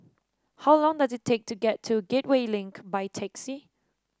how long does it take to get to Gateway Link by taxi